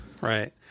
Right